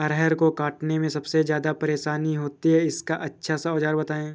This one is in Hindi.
अरहर को काटने में सबसे ज्यादा परेशानी होती है इसका अच्छा सा औजार बताएं?